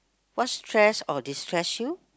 what stress or destress you